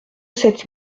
sept